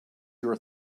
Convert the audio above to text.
your